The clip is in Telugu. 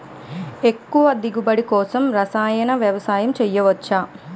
ఎక్కువ దిగుబడి కోసం రసాయన వ్యవసాయం చేయచ్చ?